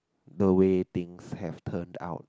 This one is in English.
the way things have turned out